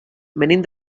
venim